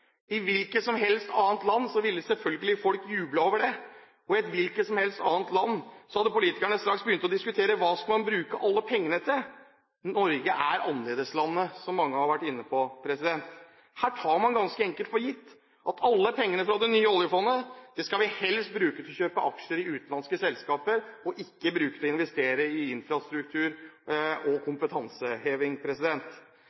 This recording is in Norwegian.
I hvilket som helst annet land ville folk selvfølgelig jublet over det. Og i et hvilket som helst annet land hadde politikerne straks begynt å diskutere hva man skal bruke alle pengene til. Men Norge er annerledeslandet, som mange har vært inne på. Her tar man ganske enkelt for gitt at alle pengene fra det nye oljefondet helst skal brukes til å kjøpe aksjer i utenlandske selskaper og ikke til å investere i infrastruktur og